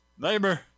Neighbor